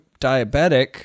diabetic